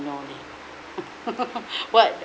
know it what